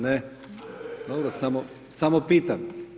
Ne, dobro, samo pitam.